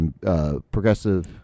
Progressive